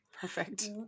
Perfect